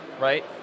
right